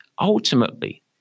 Ultimately